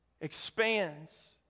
expands